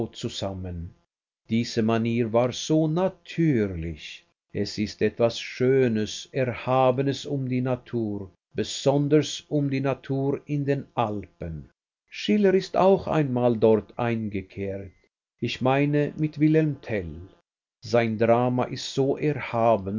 zusammen diese manier war so natürlich es ist etwas schönes erhabenes um die natur besonders um die natur in den alpen schiller ist auch einmal dort eingekehrt ich meine mit wilhelm tell sein drama ist so erhaben